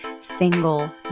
single